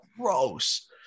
gross